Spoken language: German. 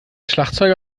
schlagzeuger